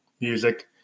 Music